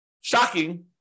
shocking